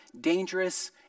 dangerous